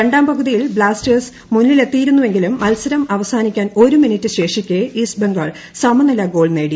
രണ്ടാം പകുതിയിൽ ബ്ലാസ്റ്റേഴ്സ് മുന്നില്ലെത്തിയിരുന്നെങ്കിലും മത്സരം അവസാനിക്കാൻ ഒരു മിനിറ്റ് ഗ്ഗേഷിക്കെ ഈസ്റ്റ് ബംഗാൾ സമനില ഗോൾ നേടി